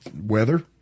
Weather